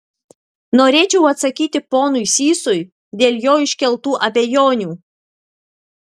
norėčiau atsakyti ponui sysui dėl jo iškeltų abejonių